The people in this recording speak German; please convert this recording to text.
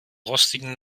rostigen